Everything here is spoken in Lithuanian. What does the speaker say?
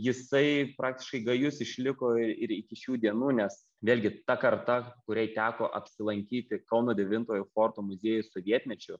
jisai praktiškai gajus išliko ir iki šių dienų nes vėlgi ta karta kuriai teko apsilankyti kauno devintojo forto muziejuj sovietmečiu